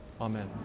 Amen